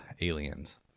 aliens